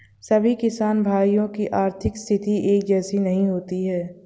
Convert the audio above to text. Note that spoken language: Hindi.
सभी किसान भाइयों की आर्थिक स्थिति एक जैसी नहीं होती है